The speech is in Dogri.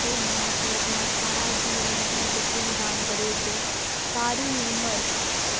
ते मां प्योऽ अपना सारा जीवन अपने बच्चें ई दान करी ओड़दे सारी उमर